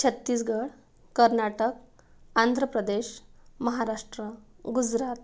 Chhattisgarh Karnataka Andhra Pradesh Maharashtra Gujarat